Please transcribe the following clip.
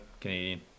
canadian